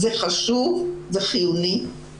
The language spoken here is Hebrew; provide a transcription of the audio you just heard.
זה חשוב וחיוני.